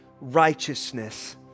righteousness